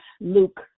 Luke